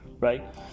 right